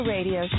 Radio